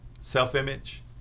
self-image